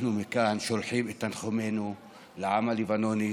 אנחנו שולחים מכאן את תנחומינו לעם הלבנוני,